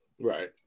Right